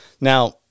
Now